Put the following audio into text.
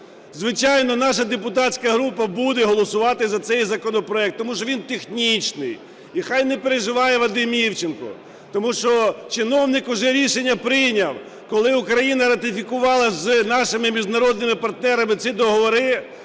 Звичайно, наша депутатська група буде голосувати за цей законопроект, тому що він технічний. І хай не переживає Вадим Івченко, тому що чиновник уже рішення прийняв, коли Україна ратифікувала з нашими міжнародними партнерами ці договори.